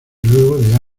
luego